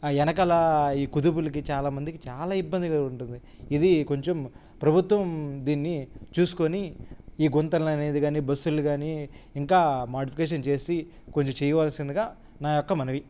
ఆ వెనకల ఈ కుదుపులకి చాలామందికి చాలా ఇబ్బందిగా ఉంటుంది ఇది కొంచెం ప్రభుత్వం దీన్ని చూసుకుని ఈ గుంతలు అనేది కానీ బస్సులు కానీ ఇంకా మాడిఫికేషన్ చేసి కొంచెం చేయవలసిందిగా నా యొక్క మనవి